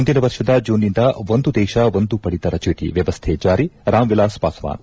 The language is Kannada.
ಮುಂದಿನ ವರ್ಷದ ಜೂನ್ನಿಂದ ಒಂದು ದೇಶ ಒಂದು ಪಡಿತರ ಚೀಟ ವ್ಚವಸ್ಟೆ ಜಾರಿ ರಾಮ್ ವಿಲಾಸ್ ಪಾಸ್ಟಾನ್